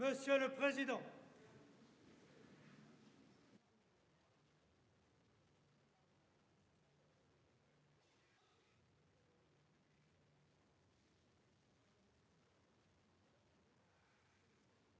Monsieur le président,